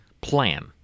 plan